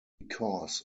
because